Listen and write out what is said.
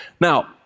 Now